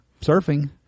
surfing